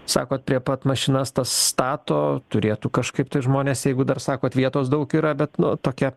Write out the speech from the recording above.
sakot prie pat mašinas stato turėtų kažkaip tai žmonės jeigu dar sakot vietos daug yra be nu tokia